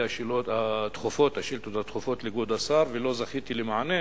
השאילתות הדחופות לכבוד השר ולא זכיתי למענה.